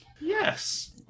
Yes